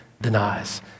denies